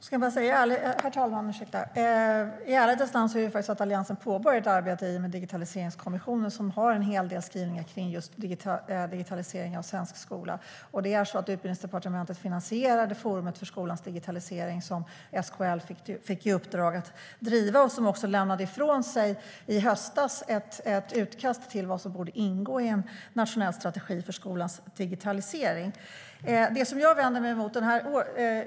Herr talman! I ärlighetens namn påbörjade Alliansen ett arbete i Digitaliseringskommissionen som hade en hel del skrivningar om just digitalisering av svensk skola. Utbildningsdepartementet finansierade Forum för skolans digitalisering som SKL fick i uppdrag att driva. I höstas lämnade man ifrån sig ett utkast om vad som borde ingå i en nationell strategi för skolans digitalisering.